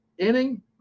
inning